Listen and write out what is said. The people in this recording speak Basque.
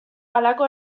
halako